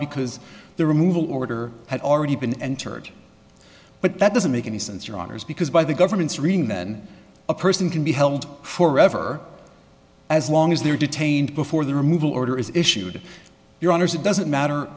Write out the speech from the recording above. because the removal order had already been entered but that doesn't make any sense or orders because by the government's reading then a person can be held for ever as long as they are detained before the removal order is issued your honour's it doesn't matter